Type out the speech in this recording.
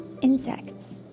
insects